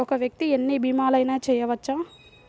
ఒక్క వ్యక్తి ఎన్ని భీమలయినా చేయవచ్చా?